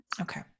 Okay